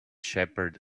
shepherd